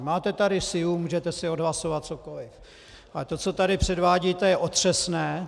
Máte tady sílu, můžete si odhlasovat cokoliv, ale to, co tady předvádíte, je otřesné.